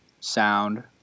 sound